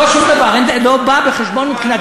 לא, שום דבר, לא בא בחשבון מבחינתי.